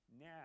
now